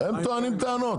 הם טוענים טענות.